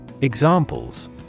Examples